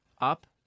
Up